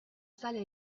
sale